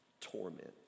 torment